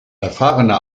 erfahrene